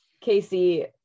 Casey